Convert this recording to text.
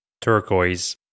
Turquoise